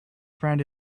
friend